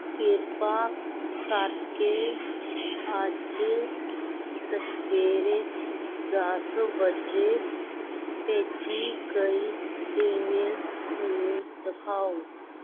ਕਿਰਪਾ ਕਰਕੇ ਅੱਜ ਸਵੇਰੇ ਦਸ ਵਜੇ ਭੇਜੀ ਗਈ ਈਮੇਲ ਨੂੰ ਦਿਖਾਓ